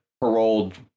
paroled